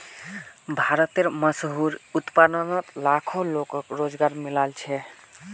भारतेर मशहूर उत्पादनोत लाखों लोगोक रोज़गार मिलाल छे